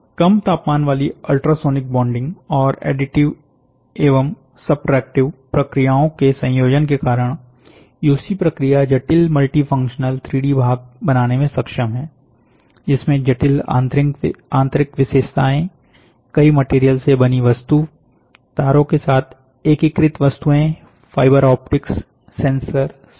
कम तापमान वाली ultrasonic bonding और एडिटिव एवं सबट्रैक्टिव प्रक्रियाओं के संयोजन के कारण यूसी प्रक्रिया जटिल मल्टीफंक्शनल 3डी भाग बनाने में सक्षम है जिसमें जटिल आंतरिक विशेषताएं कई मटेरियल से बनी वस्तु तारों के साथ एकीकृत वस्तुएं फाइबर ऑप्टिक्स सेंसर शामिल है